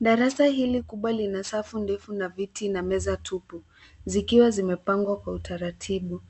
Darasa hili kubwa lina safu ndefu na viti na meza tupu, zikiwa zimepangwa kwa utaratibu.